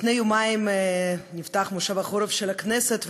לפני יומיים נפתח מושב החורף של הכנסת.